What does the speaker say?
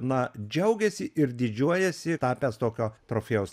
na džiaugiasi ir didžiuojasi tapęs tokio trofėjaus